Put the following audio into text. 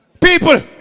People